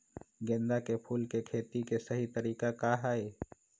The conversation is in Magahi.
गेंदा के फूल के खेती के सही तरीका का हाई?